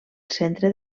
centre